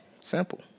Simple